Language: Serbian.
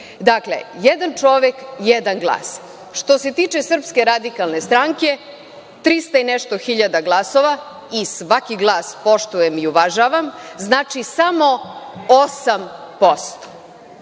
Dakle, jedan čovek – jedan glas. Što se tiče SRS, 300 i nešto hiljada glasova, i svaki glas poštujem i uvažavam, znači samo 8%,